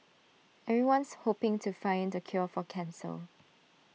everyone's hoping to find the cure for cancer